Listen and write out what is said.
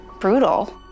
brutal